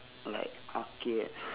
like arcade